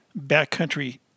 backcountry